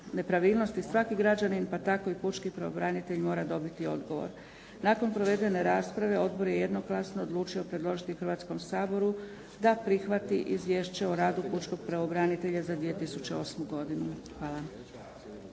nepravilnosti svaki građanin, pa tako i pučki pravobranitelj, mora dobiti odgovor. Nakon provedene rasprave Odbor je jednoglasno odlučio predložiti Hrvatskom saboru da prihvati Izvješće o radu pučkog pravobranitelja za 2008. godinu. Hvala.